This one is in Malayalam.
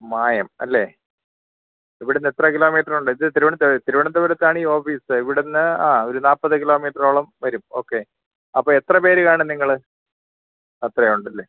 മായം അല്ലേ ഇവിടന്ന് എത്ര കിലോമീറ്റര് ഉണ്ട് ഇത് തിരുവനന്തപുരത്താണ് ഈ ഓഫീസ് ഇവിടുന്ന് ആ ഒരു നാൽപ്പത് കിലോമീറ്ററോളം വരും ഓക്കെ അപ്പോൾ എത്ര പേര് കാണും നിങ്ങൾ അത്രയുണ്ടല്ലേ